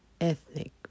ethnic